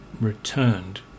returned